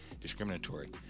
discriminatory